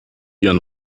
ihren